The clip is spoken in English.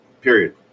period